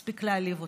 מספיק להעליב אותם,